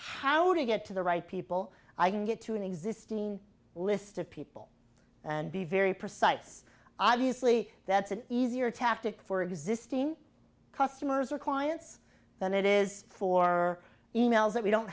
how to get to the right people i can get to an existing list of people and be very precise obviously that's an easier tactic for existing customers or clients than it is for e mails that we don't